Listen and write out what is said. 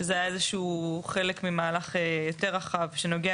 שזה היה איזשהו חלק ממהלך יותר רחב שנוגע